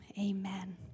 Amen